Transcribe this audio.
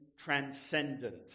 transcendent